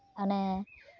ᱚᱱᱮ